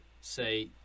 say